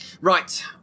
Right